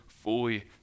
fully